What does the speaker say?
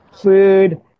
food